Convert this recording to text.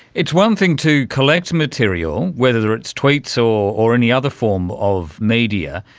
it's one thing to collect material, whether it's tweets or or any other form of media,